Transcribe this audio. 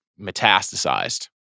metastasized